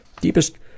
Deepest